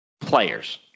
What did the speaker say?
players